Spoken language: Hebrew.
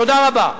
תודה רבה.